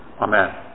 Amen